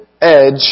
edge